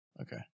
Okay